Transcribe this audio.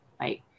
right